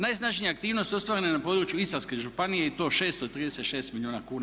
Najsnažnija aktivnost ostvarena je na području Istarske županije i to 636 milijuna kuna.